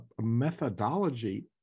methodology